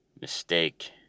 mistake